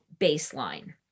baseline